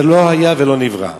זה לא היה ולא נברא.